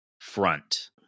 front